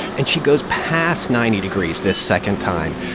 and she goes past ninety degrees this second time,